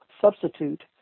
substitute